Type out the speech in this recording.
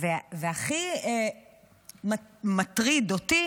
והכי מטריד אותי